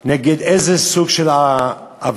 נגד איזה סוג של עבירות.